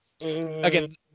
Again